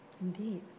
indeed